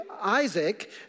Isaac